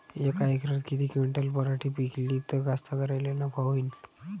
यका एकरात किती क्विंटल पराटी पिकली त कास्तकाराइले नफा होईन?